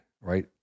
right